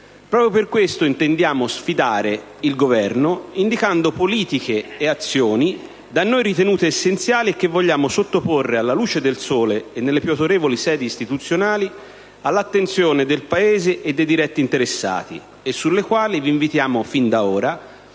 Proprio per questo intendiamo sfidare il Governo, indicando politiche e azioni, da noi ritenute essenziali, che vogliamo sottoporre, alla luce del sole e nelle più autorevoli sedi istituzionali, all'attenzione del Paese e dei diretti interessati, e sulle quali vi invitiamo fin da ora